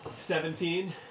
Seventeen